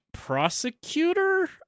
prosecutor